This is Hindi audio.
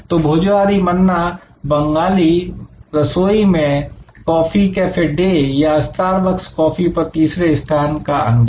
तो भोजोहोरी मन्ना बंगाली रसोई में कॉफी कैफे डे या स्टारबक्स कॉफी पर तीसरे स्थान का अनुभव